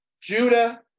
Judah